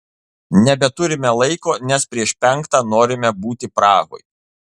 nebeturime laiko nes prieš penktą norime būti prahoj